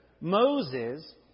Moses